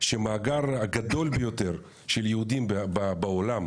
שהמאגר הגדול ביותר של יהודים בעולם,